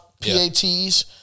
PATs